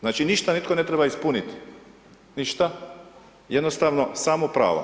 Znači, ništa nitko ne treba ispuniti, ništa, jednostavno samo prava.